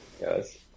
yes